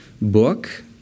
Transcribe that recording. book